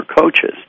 coaches